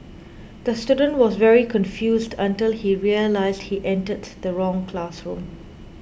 the student was very confused until he realised he entered the wrong classroom